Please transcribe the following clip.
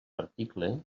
article